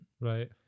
Right